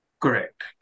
Correct